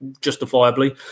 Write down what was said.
justifiably